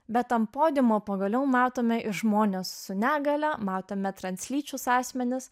bet ant podiumo pagaliau matome žmones su negalia matome translyčius asmenis